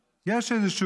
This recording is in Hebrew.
זה אנשי צבא בכירים.